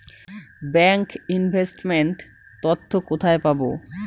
Bank investment তথ্য কোথায় পাব?